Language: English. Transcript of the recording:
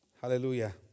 Hallelujah